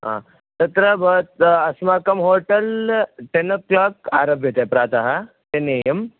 आ तत्र भवतः अस्माकं होटल् टेन् ओ क्लाक् आरभ्यते प्रातः टेन् ए यम्